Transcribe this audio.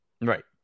Right